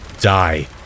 die